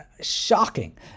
shocking